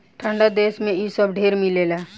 ठंडा देश मे इ सब ढेर मिलेला